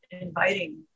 inviting